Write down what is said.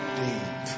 deep